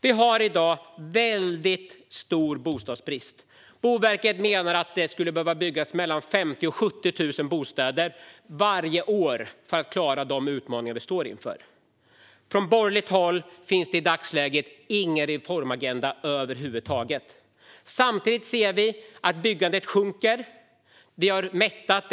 Vi har i dag väldigt stor bostadsbrist. Boverket menar att det skulle behöva byggas mellan 50 000 och 70 000 bostäder varje år för att vi ska klara de utmaningar vi står inför. Från borgerligt håll finns det i dagsläget ingen reformagenda över huvud taget. Samtidigt ser vi att byggandet minskar. Vi har mättat